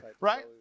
right